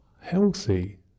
healthy